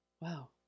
wow